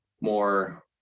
more